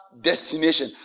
destination